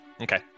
Okay